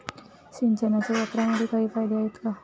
सिंचनाच्या वापराचे काही फायदे आहेत का?